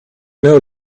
know